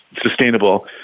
sustainable